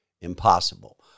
impossible